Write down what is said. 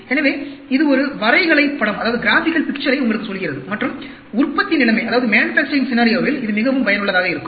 எனவே இது ஒரு வரைகலை படத்தை உங்களுக்கு சொல்கிறது மற்றும் உற்பத்தி நிலைமையில் இது மிகவும் பயனுள்ளதாக இருக்கும்